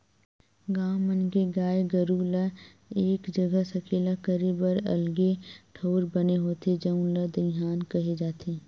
गाँव मन के गाय गरू ल एक जघा सकेला करे बर अलगे ठउर बने होथे जउन ल दईहान केहे जाथे